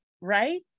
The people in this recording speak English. right